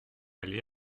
allé